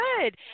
good